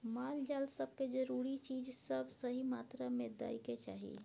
माल जाल सब के जरूरी चीज सब सही मात्रा में दइ के चाही